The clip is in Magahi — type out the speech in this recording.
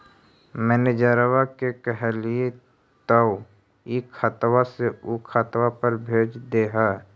मैनेजरवा के कहलिऐ तौ ई खतवा से ऊ खातवा पर भेज देहै?